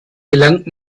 gelangt